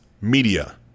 media